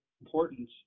important